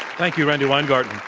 thank you, randi weingarten.